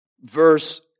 Verse